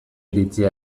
iritzia